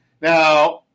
Now